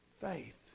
Faith